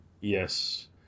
Yes